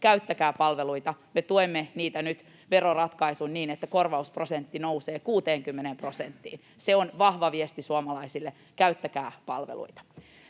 käyttäkää palveluita. Me tuemme niitä nyt veroratkaisuin niin, että korvausprosentti nousee 60 prosenttiin. Se on vahva viesti suomalaisille: käyttäkää palveluita.